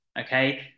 okay